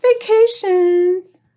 vacations